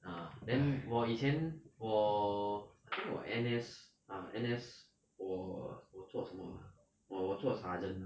ah then 我以前我 I think 我 N_S ah N_S 我我做什么 ah orh 我做 sergeant